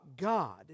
God